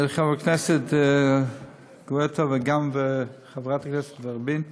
חבר הכנסת גואטה וגם חברת הכנסת ורבין,